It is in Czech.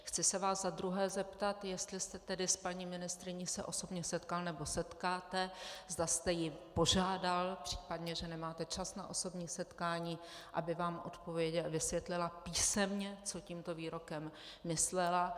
Chci se vás za druhé zeptat, jestli jste se tedy s paní ministryní osobně setkal nebo setkáte, zda jste ji požádal, případně, že nemáte čas na osobní setkání, aby vám odpověď vysvětlila písemně, co tímto výrokem myslela.